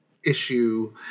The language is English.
issue